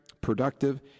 productive